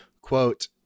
Quote